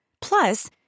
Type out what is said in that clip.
Plus